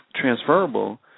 transferable